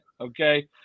Okay